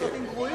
סרטים גרועים.